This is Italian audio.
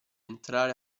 entrare